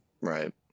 Right